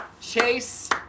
chase